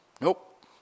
Nope